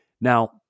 Now